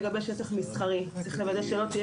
לגבי שטח מסחרי צריך לוודא שלא תהיה